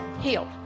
healed